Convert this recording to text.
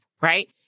right